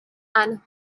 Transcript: and